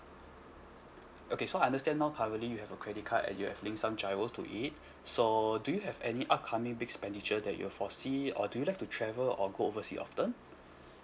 okay so I understand now currently you have a credit card and you have linked some GIRO to it so do you have any upcoming big expenditure that you foresee or do you like to travel or go oversea often